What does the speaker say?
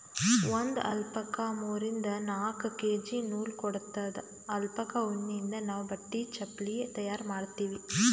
ಒಂದ್ ಅಲ್ಪಕಾ ಮೂರಿಂದ್ ನಾಕ್ ಕೆ.ಜಿ ನೂಲ್ ಕೊಡತ್ತದ್ ಅಲ್ಪಕಾ ಉಣ್ಣಿಯಿಂದ್ ನಾವ್ ಬಟ್ಟಿ ಚಪಲಿ ತಯಾರ್ ಮಾಡ್ತೀವಿ